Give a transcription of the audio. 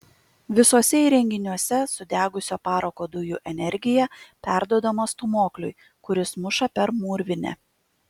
visuose įrenginiuose sudegusio parako dujų energija perduodama stūmokliui kuris muša per mūrvinę